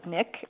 Nick